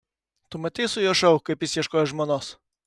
tu matei su juo šou kaip jis ieškojo žmonos